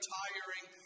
tiring